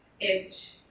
edge